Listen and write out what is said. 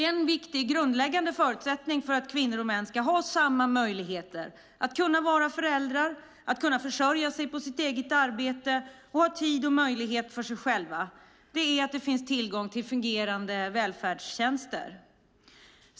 En viktig, grundläggande, förutsättning för att kvinnor och män ska ha samma möjligheter att vara föräldrar, försörja sig på eget arbete och ha tid och utrymme för sig själva är att det finns tillgång till fungerande välfärdstjänster.